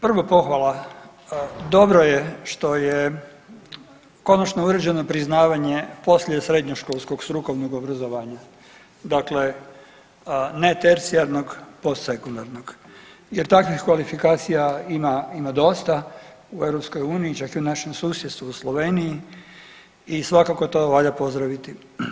Prvo pohvala, dobro je što je konačno uređeno priznavanje poslije srednjoškolskog strukovnog obrazovanja, dakle ne tercijarnog, post sekundarnog jer takvih kvalifikacija ima, ima dosta u EU, čak i u našem susjedstvu u Sloveniji i svakako to valja pozdraviti.